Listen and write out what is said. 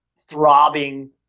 throbbing